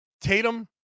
Tatum